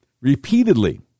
repeatedly